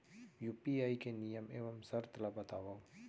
UPI के नियम एवं शर्त ला बतावव